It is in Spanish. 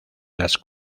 las